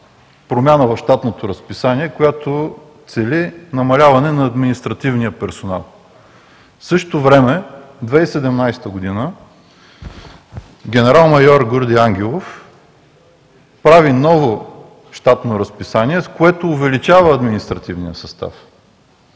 промяна в щатното разписание, която цели намаляване на административния персонал. В същото време през 2017 г. генерал-майор Груди Ангелов прави ново щатно разписание, с което увеличава административния състав.